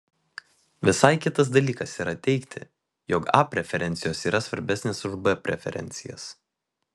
visai kitas dalykas yra teigti jog a preferencijos yra svarbesnės už b preferencijas